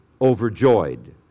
overjoyed